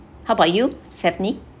how about you stephanie